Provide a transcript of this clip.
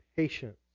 Patience